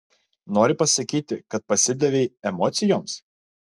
nori pasakyti kad pasidavei emocijoms